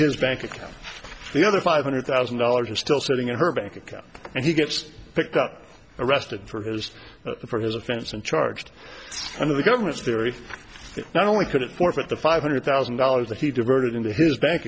his bank account the other five hundred thousand dollars are still sitting in her bank account and he gets picked up arrested for his for his offense and charged under the government's theory not only couldn't forfeit the five hundred thousand dollars that he diverted into his bank